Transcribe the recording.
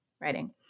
writing